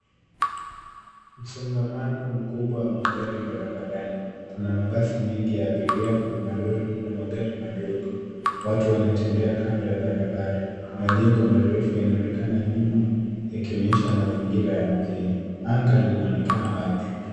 Msongamano mkubwa wa magari barabarani. Kuna mabasi mengi ya abiria, malori na magari madogo. Watu wanatembea kando ya barabara. Majengo marefu yanaonekana nyuma yakionyesha mazingira ya mjini. Anga linaonekana wazi.